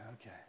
okay